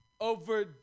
over